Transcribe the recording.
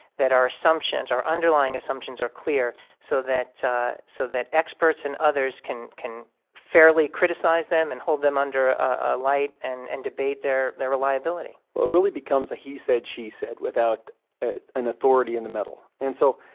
that our assumptions, our underlying assumptions are clear so that so that experts and others can can fairly criticize them and hold them under a light and and debate their their reliability. well, it really becomes a he said, she said without an authority in the middle. and so,